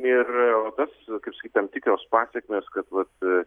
ir o tas kaip sakyt tam tikros pasekmės kad vat